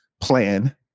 plan